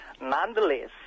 Nonetheless